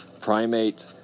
primate